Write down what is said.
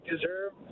deserve